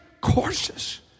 courses